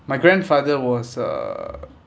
my grandfather was uh